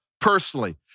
personally